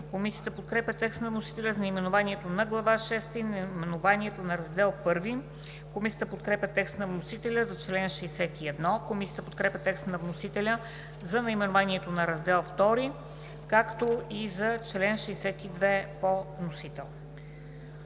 Комисията подкрепя текстовете на вносителя за наименованията на Глава шеста и на Раздел І. Комисията подкрепя текста на вносителя за чл. 61. Комисията подкрепя текста на вносителя за наименованието на Раздел ІІ, както и за чл. 62 по вносител.